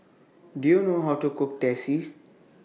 Do YOU know How to Cook Teh C